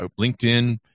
LinkedIn